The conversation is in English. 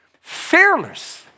Fearless